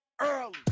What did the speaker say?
early